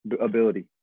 ability